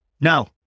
No